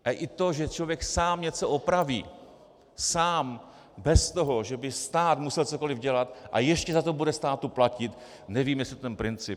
A i to, že člověk sám něco opraví, sám, bez toho, že by stát musel cokoli dělat, a ještě za to bude státu platit nevím, jestli ten princip...